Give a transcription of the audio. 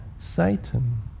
Satan